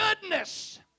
goodness